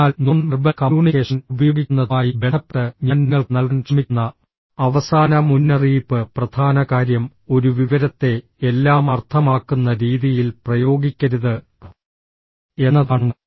അതിനാൽ non verbal communication ഉപയോഗിക്കുന്നതുമായി ബന്ധപ്പെട്ട് ഞാൻ നിങ്ങൾക്ക് നൽകാൻ ശ്രമിക്കുന്ന അവസാന മുന്നറിയിപ്പ് പ്രധാന കാര്യം ഒരു വിവരത്തെ എല്ലാം അർത്ഥമാക്കുന്ന രീതിയിൽ പ്രയോഗിക്കരുത് എന്നതാണ്